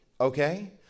Okay